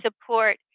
support